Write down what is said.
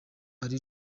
ari